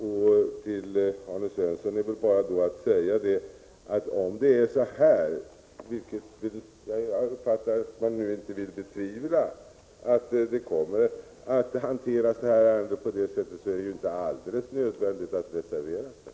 Om detta ärende kommer att hanteras på det sättet, vilket jag uppfattar att reservanterna inte betvivlar, är det väl inte nödvändigt att reservera sig.